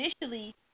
initially